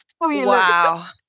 Wow